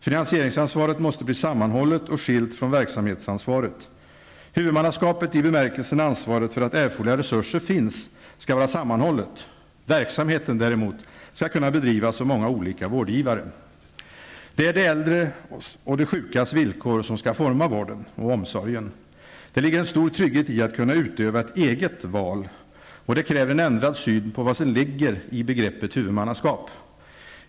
Finansieringsansvaret måste bli sammanhållet och skilt från verksamhetsansvaret. Huvudmannaskapet, i bemärkelsen ansvaret för att erforderliga resurser finns, skall vara sammanhållet. Verksamheten, däremot, skall kunna bedrivas av många olika vårdgivare. Det är de äldres och de sjukas villkor som skall forma vården och omsorgen. Det ligger en stor tryghet i att kunna utöva ett eget val, och det kräver en ändrad syn på vad som ligger i begreppet huvudmannaskap.